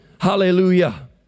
Hallelujah